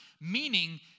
meaning